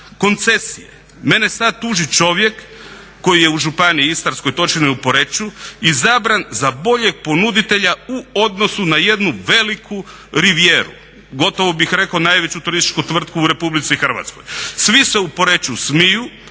Koncesije, mene sad tuži čovjek koji je u Županiji Istarskoj, točnije u Poreču izabran za boljeg ponuditelja u odnosu na jednu veliku rivijeru, gotovo bih rekao najveću turističku tvrtku u RH. Svi se u Poreču smiju,